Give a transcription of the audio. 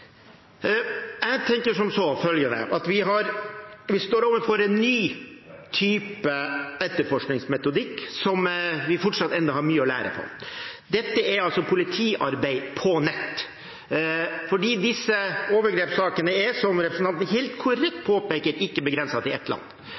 Jeg tenker at vi står overfor en ny type etterforskningsmetodikk der vi fortsatt har mye å lære. Dette er altså politiarbeid på nett, fordi disse overgrepssakene er, som representanten helt korrekt